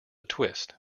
twist